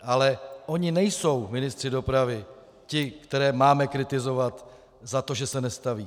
Ale oni nejsou ministři dopravy ti, které máme kritizovat za to, že se nestaví.